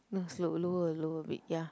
must low lower lower a bit ya